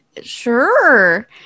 sure